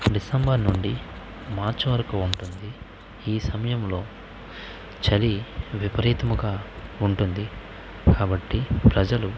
December నుండి March వరకు ఉంటుంది ఈ సమయంలో చలి విపరీతముగా ఉంటుంది కాబట్టి ప్రజలు